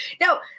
Now